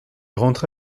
rentra